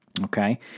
okay